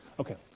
okay,